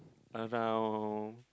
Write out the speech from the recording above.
around